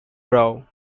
brough